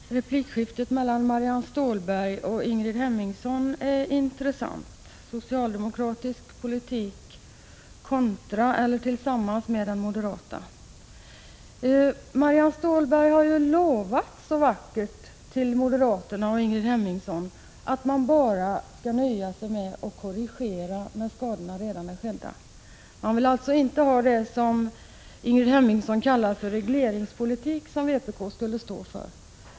Herr talman! Replikskiftet mellan Marianne Stålberg och Ingrid Hemmingsson är intressant: socialdemokratisk politik kontra eller tillsammans med moderat politik. Marianne Stålberg har ju så vackert lovat moderaterna och Ingrid Hemmingsson att man skall nöja sig med att korrigera när skadorna redan är Prot. 1985/86:149 skedda. Socialdemokraterna vill alltså inte ha det som Ingrid Hemmingsson 22 maj 1986 kallade regleringspolitik och som vpk står för.